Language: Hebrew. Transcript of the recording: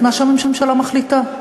את מה שממשלה מחליטה.